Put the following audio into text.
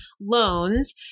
loans